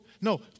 No